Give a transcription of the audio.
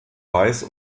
weiß